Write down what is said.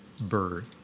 bird